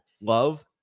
Love